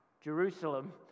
Jerusalem